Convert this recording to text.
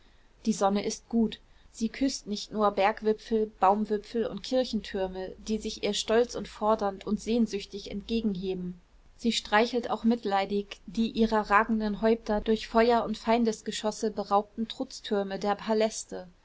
die sonne ist gut sie küßt nicht nur berggipfel baumwipfel und kirchentürme die sich ihr stolz und fordernd und sehnsüchtig entgegenheben sie streichelt auch mitleidig die ihrer ragenden häupter durch feuer und feindesgeschosse beraubten trutztürme der paläste